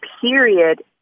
period